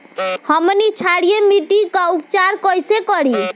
हमनी क्षारीय मिट्टी क उपचार कइसे करी?